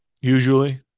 Usually